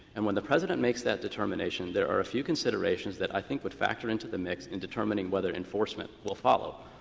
and when the president makes that determination, there are a few considerations that i think would factor into the mix in determining whether enforcement will follow.